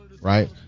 Right